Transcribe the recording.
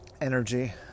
energy